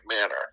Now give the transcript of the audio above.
manner